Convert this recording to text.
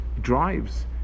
drives